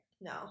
no